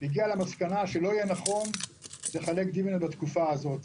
והגיע למסקנה שלא יהיה נכון לחלק דיבידנד בתקופה הזאת.